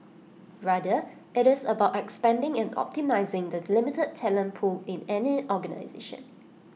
rather IT is about expanding and optimising the limited talent pool in any organisation